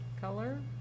color